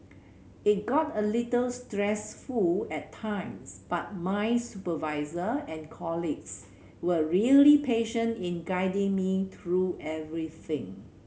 it got a little stressful at times but my supervisor and colleagues were really patient in guiding me through everything